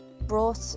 brought